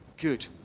Good